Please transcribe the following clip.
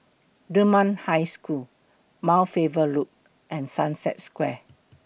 Dunman High School Mount Faber Loop and Sunset Square